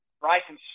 Bryson